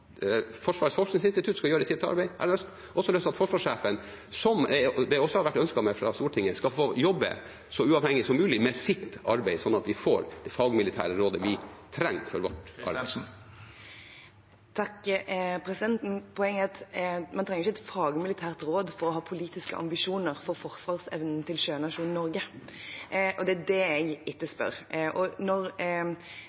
Forsvarets forskningsinstitutt skal gjøre sitt arbeid, og jeg har lyst til at forsvarssjefen, som det også har vært ønsket fra Stortinget, skal få jobbe så uavhengig som mulig med sitt arbeid, slik at vi får det fagmilitære rådet vi trenger for vårt arbeid. Man trenger ikke et fagmilitært råd for å ha politiske ambisjoner for Forsvarets evne til å verne sjønasjonen Norge, og det er det jeg